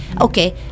okay